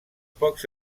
pocs